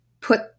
put